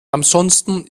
ansonsten